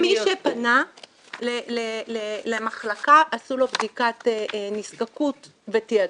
מי שפנה למחלקה עשו לו בדיקת נזקקות ותעדוף,